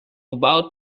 about